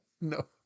no